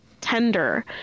tender